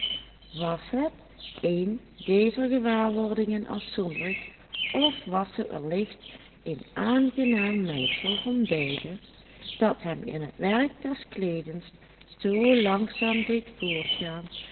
was het een dezer gewaarwordingen afzonderlijk of was het wellicht een aangenaam mengsel van beide dat hem in het werk des kleedens zoo langzaam deed voortgaan